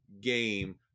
game